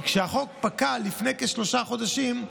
כי כשהחוק פקע לפני כשלושה חודשים,